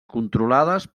controlades